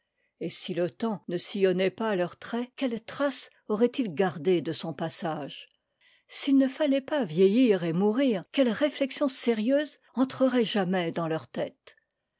et si le temps ne sillonnait pas leurs traits quelles traces auraient-ils gardées de son passage s'il ne fallait pas vieillir et mourir quelle réflexion sérieuse entrerait jamais dans leur tête